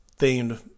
themed